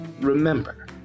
remember